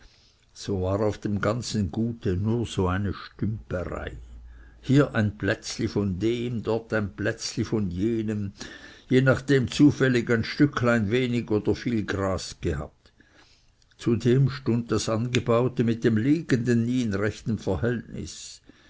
so war auf dem ganzen gute nur so eine stümperei hier ein plätzli von dem dort ein plätzli von jenem je nachdem zufällig ein stücklein wenig oder viel gras gehabt zudem stund das angebaute mit dem liegenden nie in rechtem verhältnis